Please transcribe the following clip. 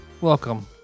welcome